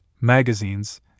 magazines